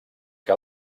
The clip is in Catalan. que